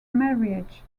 marriage